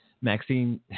Maxine